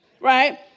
Right